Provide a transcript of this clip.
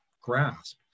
grasp